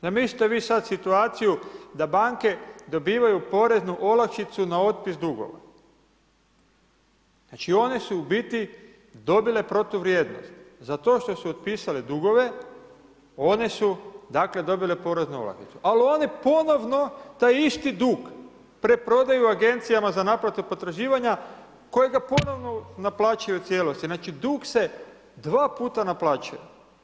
Zamislite vi sad situaciju da banke dobivaju poreznu olakšicu na otpis dugova, znači one su u biti dobile protuvrijednost za to što su otpisale dugove, one su dobile poreznu olakšicu, a one ponovno taj isti dug preprodaju agencijama za naplatu potraživanja koje ga ponovno naplaćuju u cijelosti, znači dug se 2 puta naplaćuje.